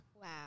Wow